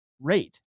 rate